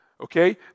Okay